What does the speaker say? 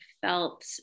felt